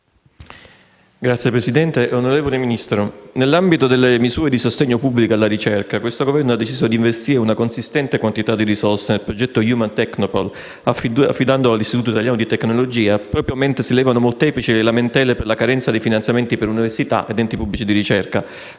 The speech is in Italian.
*(Misto-SI-SEL)*. Onorevole Ministro, nell'ambito delle misure di sostegno pubblico alla ricerca, questo Governo ha deciso di investire una consistente quantità di risorse nel progetto Human Technopole, affidandolo all'Istituto italiano di tecnologia proprio mentre si levano molteplici le lamentele per la carenza dei finanziamenti per università ed enti pubblici di ricerca,